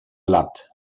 lat